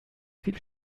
viel